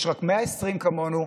יש רק 120 כמונו,